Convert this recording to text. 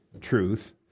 truth